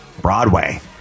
Broadway